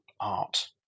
art